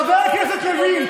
חבר הכנסת לוין,